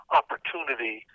opportunity